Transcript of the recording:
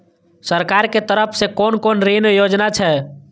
सरकार के तरफ से कोन कोन ऋण योजना छै?